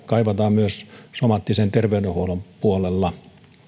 kaivataan myös somaattisen terveydenhuollon puolella